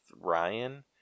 Ryan